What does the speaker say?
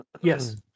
yes